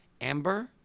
Amber